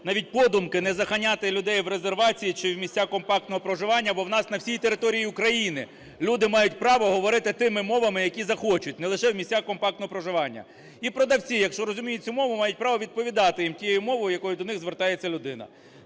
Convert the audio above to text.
навіть подумки не заганяти людей в резервації чи в місця компактного проживання, бо в нас на всій території України люди мають право говорити тими мовами, якими захочуть, не лише в місцях компактного проживання. І продавці, якщо розуміють цю мову, мають право відповідати їм тією мовою, якою до них звертається людина.